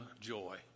joy